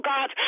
God